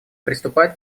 приступает